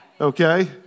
Okay